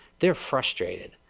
they are frustrateded.